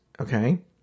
okay